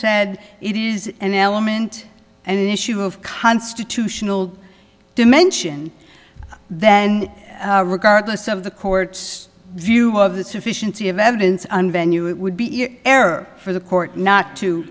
said it is an element and an issue of constitutional dimension then regardless of the court's view of the sufficiency of evidence and venue it would be in error for the court not to